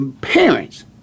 parents